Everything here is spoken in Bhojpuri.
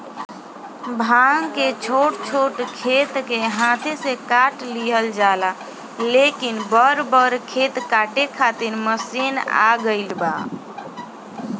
भांग के छोट छोट खेत के हाथे से काट लिहल जाला, लेकिन बड़ बड़ खेत काटे खातिर मशीन आ गईल बा